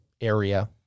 area